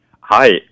Hi